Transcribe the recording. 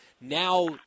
Now